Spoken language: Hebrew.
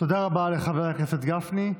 תודה רבה לחבר הכנסת גפני.